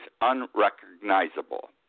unrecognizable